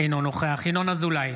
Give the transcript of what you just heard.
אינו נוכח ינון אזולאי,